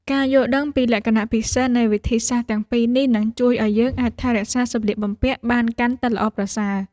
ការយល់ដឹងពីលក្ខណៈពិសេសនៃវិធីសាស្ត្រទាំងពីរនេះនឹងជួយឱ្យយើងអាចថែរក្សាសម្លៀកបំពាក់បានកាន់តែល្អប្រសើរ។